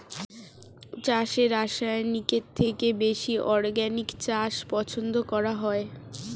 চাষে রাসায়নিকের থেকে বেশি অর্গানিক চাষ পছন্দ করা হয়